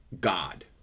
God